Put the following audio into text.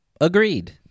Agreed